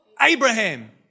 Abraham